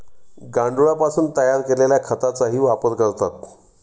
गांडुळापासून तयार केलेल्या खताचाही वापर करतात